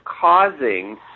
causing